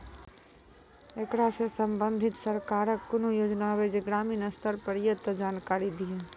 ऐकरा सऽ संबंधित सरकारक कूनू योजना होवे जे ग्रामीण स्तर पर ये तऽ जानकारी दियो?